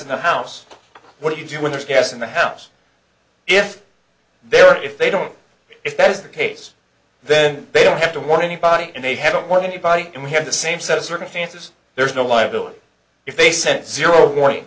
in the house what do you do when there's cast in the house if there if they don't if that is the case then they don't have to want anybody and they haven't won the fight and we have the same set of circumstances there is no liability if they sent zero warning